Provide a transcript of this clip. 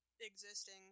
existing